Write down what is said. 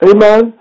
Amen